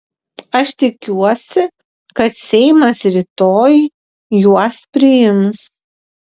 aš tikiuosi kad seimas rytoj juos priims